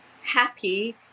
happy